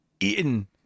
eaten